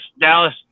dallas